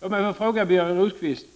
Låt mig få ställa en fråga till Birger Rosqvist: